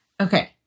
Okay